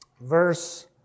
verse